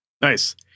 Nice